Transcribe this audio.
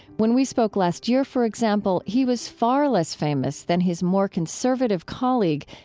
when we spoke last year for example, he was far less famous than his more conservative colleague,